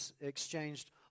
exchanged